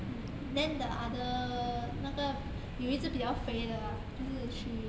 mm then the other 那个有一只比较肥的啦就是 she